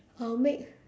I would make